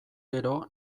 gero